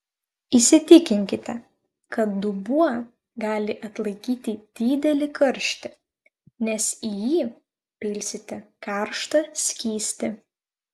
įsitikinkite kad dubuo gali atlaikyti didelį karštį nes į jį pilsite karštą skystį